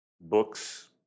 books